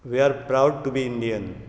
we are proud to be Indian